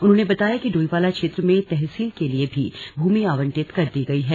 उन्होंने बताया कि डोईवाला क्षेत्र में तहसील के लिए भी भूमि आवंटित कर दी गई है